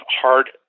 hard